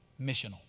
Missional